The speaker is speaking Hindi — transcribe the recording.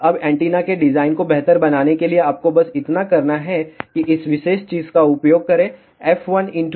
अब एंटीना के डिज़ाइन को बेहतर बनाने के लिए आपको बस इतना करना है कि इस विशेष चीज़ का उपयोग करें f1 L1 f2 L2